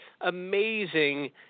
amazing